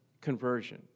conversion